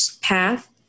path